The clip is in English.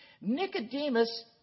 Nicodemus